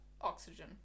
oxygen